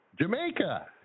Jamaica